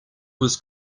was